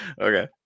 Okay